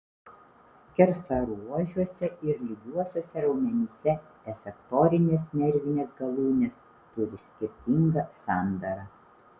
skersaruožiuose ir lygiuosiuose raumenyse efektorinės nervinės galūnės turi skirtingą sandarą